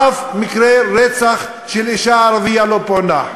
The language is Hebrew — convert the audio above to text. אף מקרה רצח של אישה ערבייה לא פוענח.